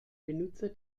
benutzer